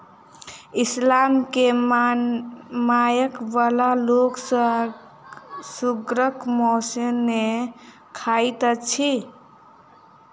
इस्लाम के मानय बला लोक सुगरक मौस नै खाइत अछि